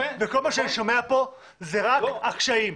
כל מה שאני שומע כאן זה רק על קשיים.